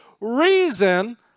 reason